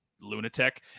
lunatic